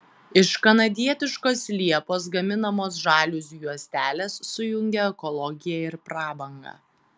iš kanadietiškos liepos gaminamos žaliuzių juostelės sujungia ekologiją ir prabangą